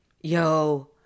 Yo